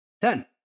Ten